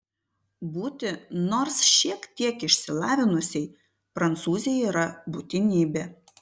būti nors šiek tiek išsilavinusiai prancūzei yra būtinybė